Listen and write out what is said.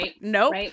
Nope